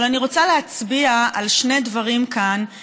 אבל אני רוצה להצביע כאן על שני דברים שראויים